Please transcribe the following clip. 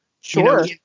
sure